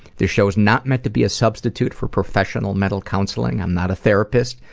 this show is not meant to be a substitute for professional mental counseling. i'm not a therapist.